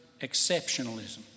exceptionalism